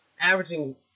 Averaging